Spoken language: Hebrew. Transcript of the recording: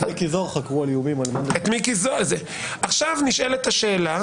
את מיקי זוהר חקרו על איומים על --- עכשיו נשאלת השאלה